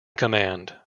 command